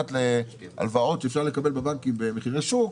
להלוואות שאפשר לקבל בבנקים במחירי שוק,